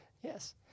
Yes